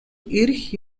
ирэх